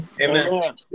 Amen